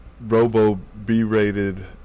robo-B-rated